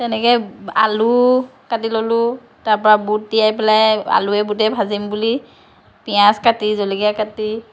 তেনেকৈ আলু কাটি ল'লো তাৰপৰা বুট তিয়াই পেলাই আলুৱে বুটে ভাজিম বুলি পিয়াঁজ কাটি জলকীয়া কাটি